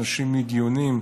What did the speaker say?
אנשים הגיוניים,